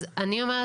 אז אני אומרת,